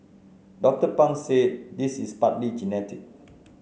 Doctor Pang said this is partly genetic